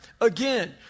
Again